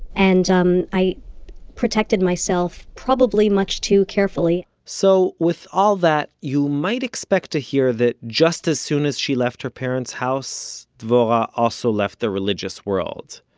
and um i protected myself, probably much too carefully so with all that, you might expect to hear that just as soon as she left her parents' house, dvorah also left the religious world.